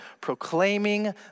proclaiming